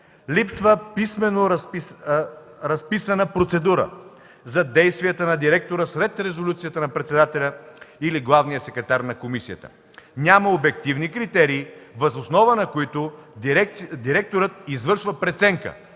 Липсва писмено разписана процедура за действията на директора след резолюцията на председателя или главния секретар на комисията. Няма обективни критерии, въз основа на които директорът да извършва преценка